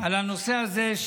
על הנושא הזה.